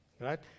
right